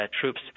troops